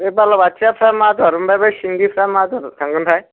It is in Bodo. बे बालाबाथियाफ्रा मा दर बे सिंगिफ्रा मा दर थांगोनथाय